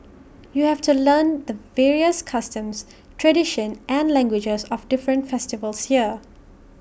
you have to learn the various customs tradition and languages of different festivals here